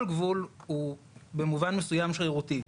כל גבול הוא במובן מסוים שרירותי,